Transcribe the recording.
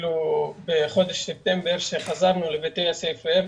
בחודש ספטמבר כשחזרנו לבתי הספר,